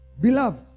Beloved